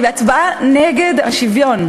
והיא הצבעה נגד השוויון.